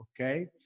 okay